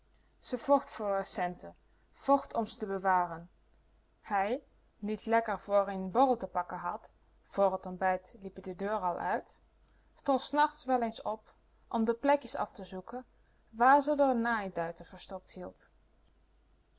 ze vocht voor r centen vocht om ze te bewaren hij niet lekker voor ie n borrel te pakken had vr t ontbijt liep-ie de deur al uit stond s nachts wel eens op om de plekkies af te zoeken waar ze r naaiduiten verstopt hield